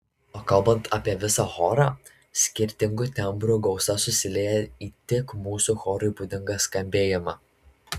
o kalbant apie visą chorą skirtingų tembrų gausa susilieja į tik mūsų chorui būdingą skambėjimą